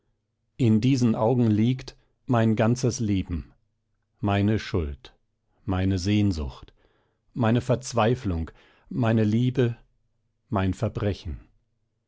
in diesen augen liegt mein ganzes leben meine schuld meine sehnsucht meine verzweiflung meine liebe mein verbrechen